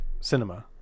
cinema